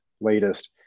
latest